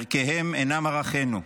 ערכיהם אינם ערכינו,